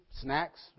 snacks